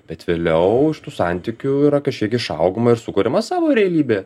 bet vėliau iš tų santykių yra kažkiek išaugama ir sukuriama savo realybė